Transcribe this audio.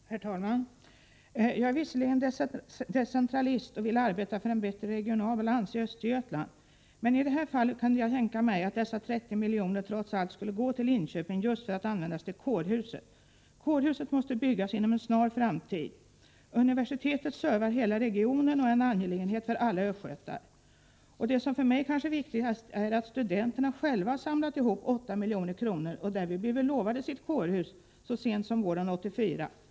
Herr talman! Jag är visserligen decentralist och vill arbeta för en bättre regional balans i Östergötland, men i detta fall kunde jag tänka mig att dessa 30 miljoner trots allt skulle gå till Linköping just för att användas till kårhuset. Kårhuset måste byggas inom en snar framtid. Universitetet servar hela regionen och är en angelägenhet för alla östgötar. Det som för mig kanske är viktigast är att studenterna själva har samlat ihop 8 milj.kr. och därvid blivit lovade sitt kårhus så sent som våren 1984.